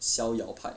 逍遥派